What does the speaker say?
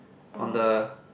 on the